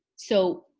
so,